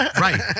Right